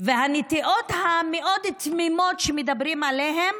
הנטיעות המאוד-תמימות שמדברים עליהן